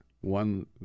one